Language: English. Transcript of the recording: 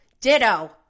Ditto